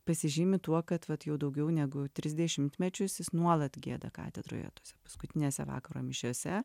pasižymi tuo kad vat jau daugiau negu tris dešimtmečius jis nuolat gieda katedroje tose paskutinėse vakaro mišiose